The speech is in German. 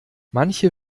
manche